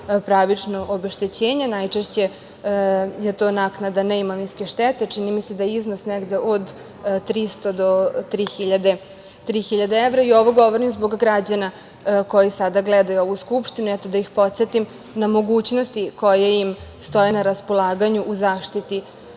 pravično obeštećenje. Najčešće je to naknada neimovinske štete, čini mi se da je iznos negde od 300 do 3.000 evra. Ovo govorim zbog građana koji sada gledaju ovu Skupštinu, eto, da ih podsetim na mogućnosti koje im stoje na raspolaganju u zaštiti